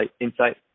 insight